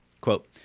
Quote